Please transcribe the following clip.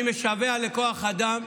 אני משווע לכוח אדם,